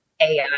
AI